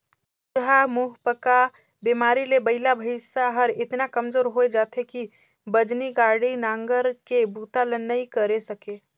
खुरहा मुहंपका बेमारी ले बइला भइसा हर एतना कमजोर होय जाथे कि बजनी गाड़ी, नांगर के बूता ल नइ करे सके